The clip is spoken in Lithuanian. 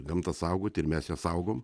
gamtą saugoti ir mes ją saugom